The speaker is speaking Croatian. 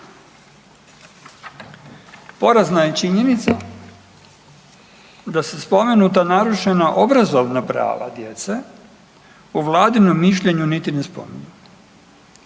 Porazna je činjenica da su spomenuta narušena obrazovana prava djece u Vladinom mišljenju niti ne spominju.